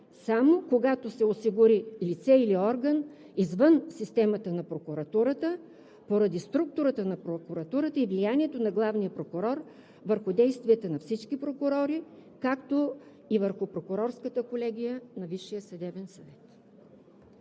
само когато се осигури лице или орган, извън системата на прокуратурата поради структурата на прокуратурата и влиянието на главния прокурор върху действията на всички прокурори, както и върху прокурорската колегия на Висшия съдебен съвет.